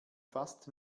fast